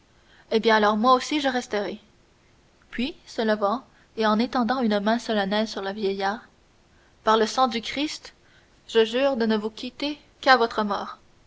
eh bien alors moi aussi je resterai puis se levant et étendant une main solennelle sur le vieillard par le sang du christ je jure de ne vous quitter qu'à votre mort